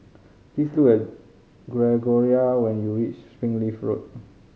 please look Gregoria when you reach Springleaf Road